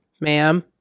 Ma'am